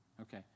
Okay